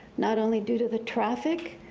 not only due to the traffic,